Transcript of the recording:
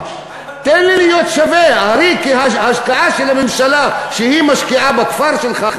כי הרי ההשקעה של הממשלה שמשקיעה בכפר שלך,